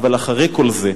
"אבל אחרי כל זה,